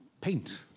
paint